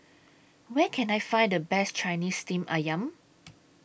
Where Can I Find The Best Chinese Steamed Ayam